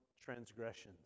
transgressions